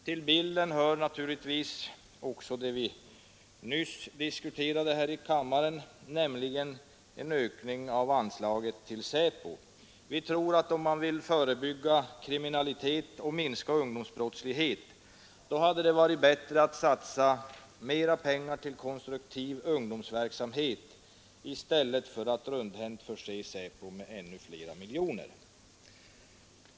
Till bilden hör naturligtvis också det vi nyss diskuterade här i kammaren, nämligen en ökning av anslaget till SÄPO. Vi tror att om man vill förebygga kriminalitet och minska ungdomsbrottsligheten hade det varit bättre att satsa mera pengar till konstruktiv ungdomsverksamhet i stället för att rundhänt förse SÄPO med ännu fler miljoner.